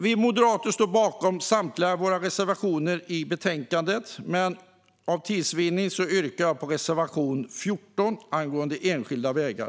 Vi moderater står bakom samtliga våra reservationer i betänkandet, men för tids vinnande yrkar jag bifall endast till reservation 14 angående enskilda vägar.